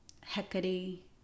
Hecate